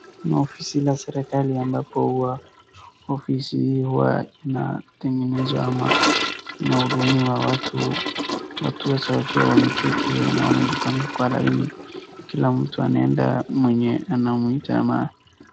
Ofisi la serikali ambapo ofisi hiyo huwa inatengenezwa ama inahudumiwa watu wa tisa, wakiwa wameketi na wamejipanga kwa laini. Kila mtu anaenda mwenye anamuita ama...